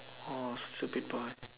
oh stupid boy